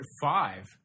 five